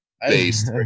Based